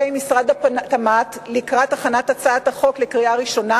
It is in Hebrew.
עם משרד התמ"ת לקראת הכנת החוק לקריאה ראשונה,